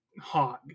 hog